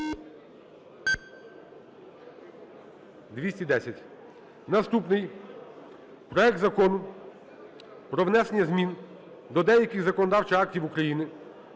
За-210 Наступний. Проект Закону про внесення змін до деяких законодавчих актів України